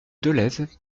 dolez